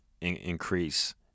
increase